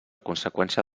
conseqüència